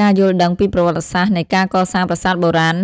ការយល់ដឹងពីប្រវត្តិសាស្ត្រនៃការកសាងប្រាសាទបុរាណ